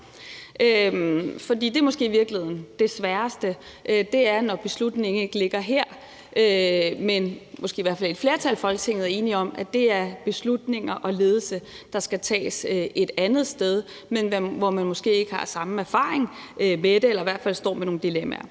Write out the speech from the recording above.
er måske i virkeligheden, når beslutningen ikke ligger her, og når måske i hvert fald et flertal i Folketinget er enige om, at det handler om ledelse og beslutninger, der skal tages et andet sted, hvor man måske ikke har samme erfaring med det eller i hvert fald står med nogle dilemmaer.